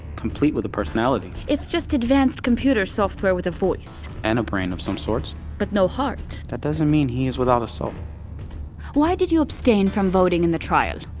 complete with a personality it's just advanced computer software with a voice and a brain of some sorts but no heart that doesn't mean he is without a soul why did you abstain from voting in the trial?